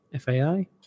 FAI